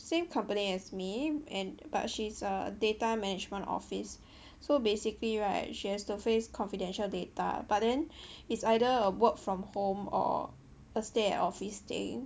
same company as me and but she's err data management office so basically right she has to face confidential data but then it's either a work from home or a stay at office thing